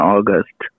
August